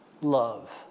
love